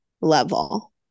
level